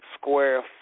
square